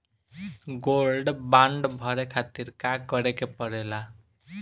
Gold bond भरे खातिर का करेके पड़ेला?